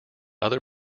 other